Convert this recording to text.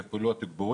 יפוצצו אותו במכות,